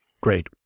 Great